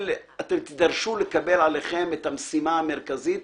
תידרשו לקבל עליכם את המשימה המרכזית,